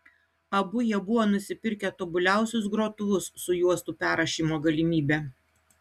abu jie buvo nusipirkę tobuliausius grotuvus su juostų perrašymo galimybe